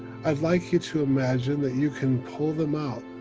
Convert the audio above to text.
i'd like you to imagine that you can pull them out,